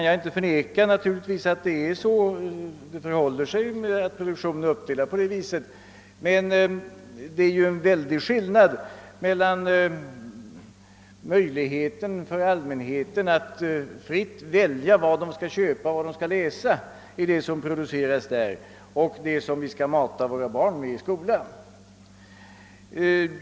Jag skall inte bestrida att produktionen är uppdelad på det sättet. Men det är en väldig skillnad mellan möjligheten för allmänheten att fritt välja vad den vill köpa och läsa av det som produceras av dessa förlag och möjligheten för oss att välja vad våra barn skall matas med i skolorna.